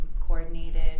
coordinated